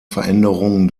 veränderungen